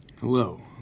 Hello